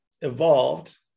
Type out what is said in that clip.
evolved